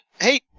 hey